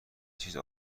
چیز